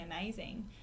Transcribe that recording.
amazing